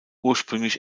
ursprünglich